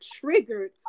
triggered